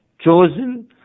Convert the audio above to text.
chosen